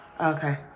Okay